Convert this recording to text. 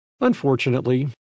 Unfortunately